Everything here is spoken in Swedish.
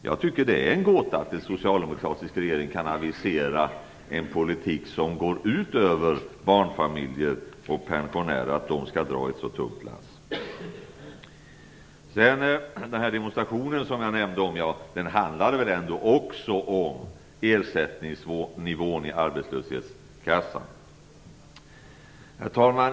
Jag tycker att det är en gåta att en socialdemokratisk regering kan avisera en politik som går ut över barnfamiljer och pensionärer, att de skall dra ett så tungt lass. Den demonstration som jag nämnde handlade också om ersättningsnivån i arbetslöshetskassan. Herr talman!